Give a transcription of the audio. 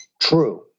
True